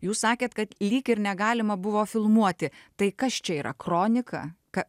jūs sakėt kad lyg ir negalima buvo filmuoti tai kas čia yra kronika ką